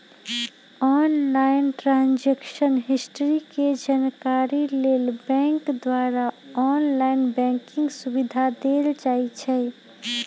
online transaction history के जानकारी लेल बैंक द्वारा ऑनलाइन बैंकिंग सुविधा देल जाइ छइ